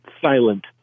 silent